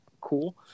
cool